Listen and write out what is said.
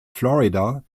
florida